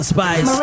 Spice